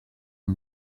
and